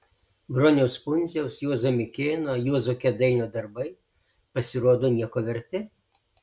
broniaus pundziaus juozo mikėno juozo kėdainio darbai pasirodo nieko verti